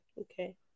Okay